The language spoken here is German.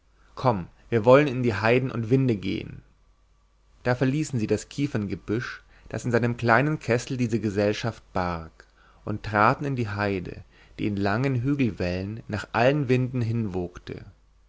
komm wir wollen in die heiden und winde gehen da verließen sie das kieferngebüsch das in seinem kleinen kessel diese gesellschaft barg und traten in die heide die in langen hügelwellen nach allen winden hinwogte